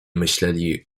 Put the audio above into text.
myśleli